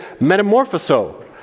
metamorphoso